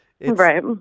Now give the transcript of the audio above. right